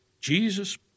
Jesus